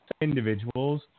individuals